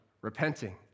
repenting